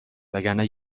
وگرنه